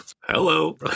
Hello